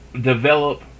develop